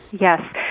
Yes